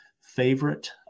favorite